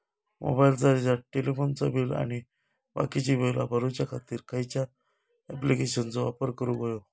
मोबाईलाचा रिचार्ज टेलिफोनाचा बिल आणि बाकीची बिला भरूच्या खातीर खयच्या ॲप्लिकेशनाचो वापर करूक होयो?